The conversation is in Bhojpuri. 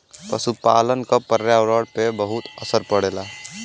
पसुपालन क पर्यावरण पे बहुत असर पड़ेला